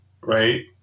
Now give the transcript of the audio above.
right